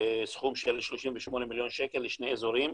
סכום של 38 מיליון שקל לשני אזורים,